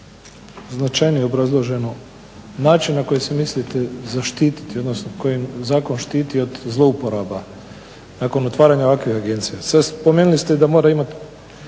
značajnije obrazloženi način na koji se mislite zaštititi, odnosno kojim zakon štiti od zlouporaba nakon otvaranja ovakve agencije. Spomenuli ste da mora imat